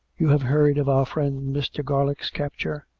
you have heard of our friend mr. garlick's capture?